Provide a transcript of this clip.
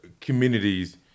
communities